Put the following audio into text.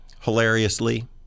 Hilariously